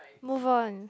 move on